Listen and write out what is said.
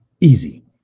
Easy